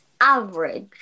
Average